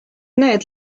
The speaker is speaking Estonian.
need